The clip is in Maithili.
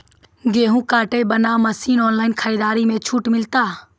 गेहूँ काटे बना मसीन ऑनलाइन खरीदारी मे छूट मिलता?